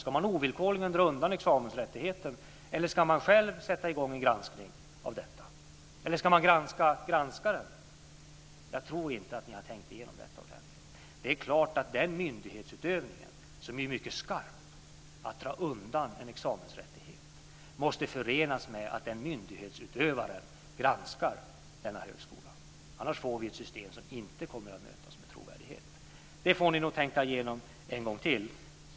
Ska man ovillkorligen dra undan examensrättigheten eller ska man själv sätta i gång en granskning av detta? Eller ska man granska granskaren? Jag tror inte att ni har tänkt igenom detta ordentligt. Det är klart att den myndighetsutövningen, som ju är mycket skarp - alltså att dra undan en examensrättighet - måste förenas med att myndighetsutövaren granskar denna högskola, för annars får vi ett system som inte kommer att mötas med trovärdighet. Detta får ni nog tänka igenom en gång till.